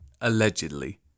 allegedly